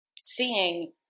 seeing